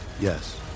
Yes